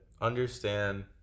understand